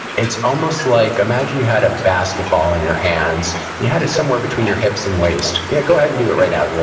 it's almost like, imagine you had a basketball in your hands, and you had it somewhere between your hips and waist yeah, go ahead and do it right now.